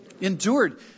Endured